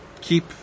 keep